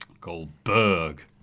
Goldberg